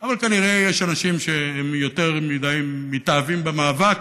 אבל כנראה, יש אנשים שהם יותר מדי מתאהבים במאבק,